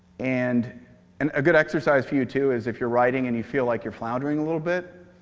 and and a good exercise for you too, is if you're writing and you feel like you're floundering a little bit,